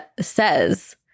says